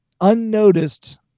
unnoticed